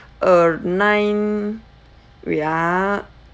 uh nine wait ah